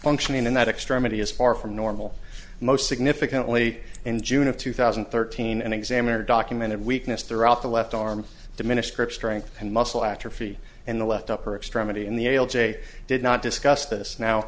functioning in that extremity is far from normal most significantly in june of two thousand and thirteen an examiner documented weakness throughout the left arm diminished grip strength and muscle atrophy in the left upper extremity in the ail jay did not discuss this now